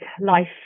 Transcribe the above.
life